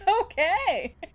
okay